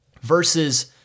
versus